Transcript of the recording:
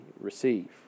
receive